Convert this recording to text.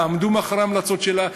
תעמדו מאחורי ההמלצות שלה.